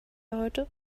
heute